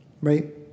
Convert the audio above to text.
right